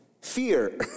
fear